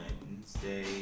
Wednesday